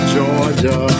Georgia